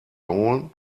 holen